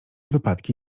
wypadki